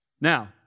Now